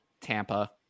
Tampa